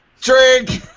Drink